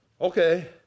Okay